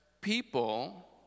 people